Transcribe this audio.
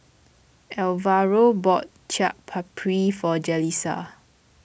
Alvaro bought Chaat Papri for Jalissa